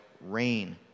rain